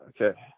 Okay